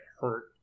hurt